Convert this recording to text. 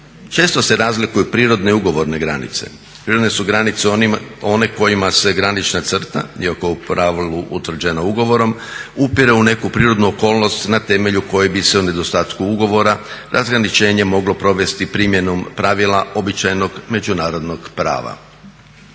Često se razlikuju prirodne i ugovorne granice. Prirodne su granice one kojima se granična crta, iako u pravilu utvrđena ugovorom upire u neku prirodnu okolnost na temelju koje bi se u nedostatku ugovora razgraničenjem moglo provesti primjenom pravila običajnog međunarodnom prava.